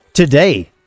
Today